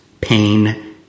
pain